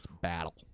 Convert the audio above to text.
battle